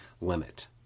limit